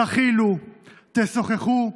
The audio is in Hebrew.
תכילו, תשוחחו,